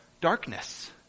darkness